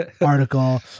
article